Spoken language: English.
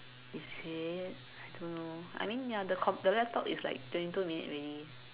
is it I don't know I mean ya the com~ the laptop is like twenty two minutes already